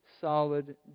solid